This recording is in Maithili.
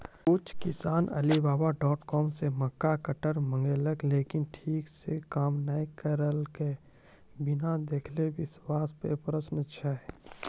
कुछ किसान अलीबाबा डॉट कॉम से मक्का कटर मंगेलके लेकिन ठीक से काम नेय करलके, बिना देखले विश्वास पे प्रश्न छै?